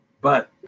But-